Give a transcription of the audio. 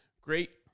Great